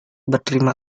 berterima